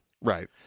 Right